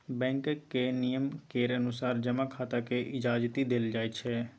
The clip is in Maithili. बैंकक नियम केर अनुसार जमा खाताकेँ इजाजति देल जाइत छै